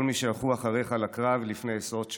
כל מי שהלכו אחריך לקרב לפני עשרות שנים,